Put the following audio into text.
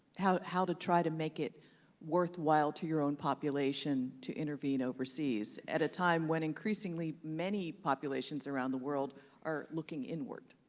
how how to try to make it worthwhile to your own population to intervene overseas at a time when increasingly, many populations around the world are looking inward.